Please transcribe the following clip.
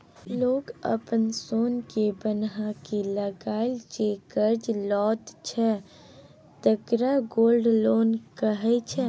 लोक अपन सोनकेँ बन्हकी लगाए जे करजा लैत छै तकरा गोल्ड लोन कहै छै